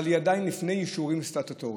אבל הוא עדיין לפני אישורים סטטוטוריים.